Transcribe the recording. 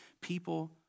people